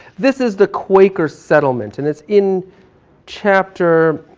this is the quaker settlement and it's in chapter,